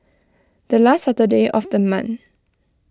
the last Saturday of the month